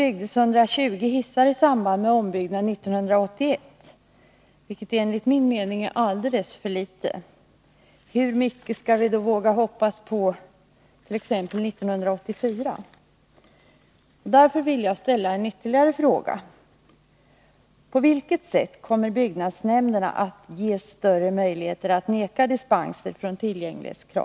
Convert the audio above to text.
byggdes 120 hissar i samband med ombyggnad 1981, vilket enligt min mening är alldeles för litet, hur mycket skall vi då våga hoppas på exempelvis 1984? Jag vill därför ställa ytterligare en fråga: På vilket sätt kommer byggnadsnämnderna att ges större möjlighet att vägra dispenser från tillgänglighetskrav?